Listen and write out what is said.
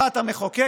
אחת היא המחוקקת